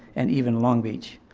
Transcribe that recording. and even long beach.